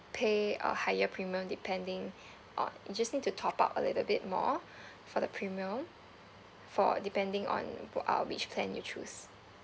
pay a higher premium depending on you just need to top up a little bit more for the premium for depending on wh~ uh which plan you choose